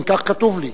כן, כך כתוב לי.